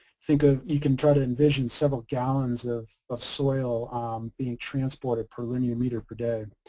think of, you can try to envision several gallons of of soil being transported per linear meter per day.